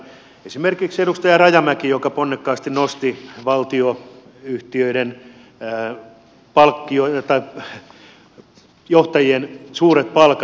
esimerkiksi edustaja rajamäki ponnekkaasti nosti valtionyhtiöiden johtajien suuret palkat